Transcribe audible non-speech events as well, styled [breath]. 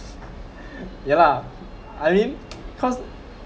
[breath] ya lah I mean cause